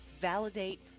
Validate